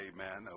amen